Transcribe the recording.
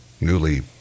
newly